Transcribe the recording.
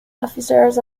officers